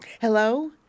Hello